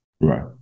right